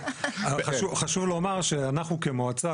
חשוב לומר שאנחנו כמועצה,